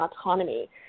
autonomy